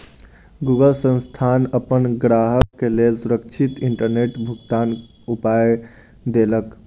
Google संस्थान अपन ग्राहक के लेल सुरक्षित इंटरनेट भुगतनाक उपाय देलक